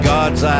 God's